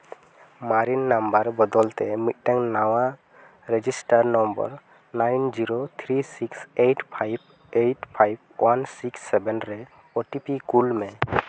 ᱢᱟᱨᱮᱱ ᱱᱟᱢᱵᱟᱨ ᱵᱚᱫᱚᱞᱛᱮ ᱢᱤᱫᱴᱟᱱ ᱱᱟᱣᱟ register number nine zero three six eight five eight five one six seven ᱨᱮ ᱳ ᱴᱤ ᱯᱤ ᱠᱩᱞ ᱢᱮ